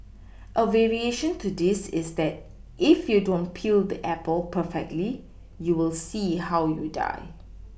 a variation to this is that if you don't peel the Apple perfectly you will see how you die